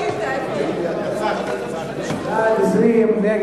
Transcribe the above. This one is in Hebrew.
התש"ע 2010, נתקבלה.